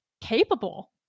capable